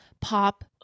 pop